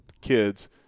kids